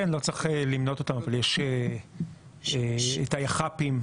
כן, לא צריך למנות אותם, אבל יש את היח"פים.